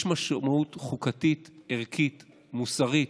יש משמעות חוקתית, ערכית, מוסרית,